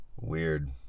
Weird